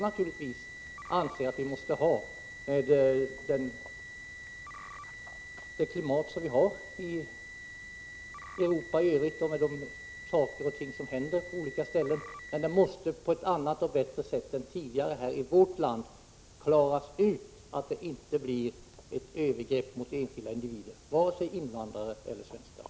Naturligtvis anser också vi att vi måste ha en sådan i det klimat som råder i Europa i övrigt och med de saker och ting som händer på olika ställen, men det måste på ett annat och bättre sätt än tidigare i vårt land klaras ut att det inte blir övergrepp mot enskilda individer, varken mot invandrare eller svenskar.